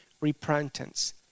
repentance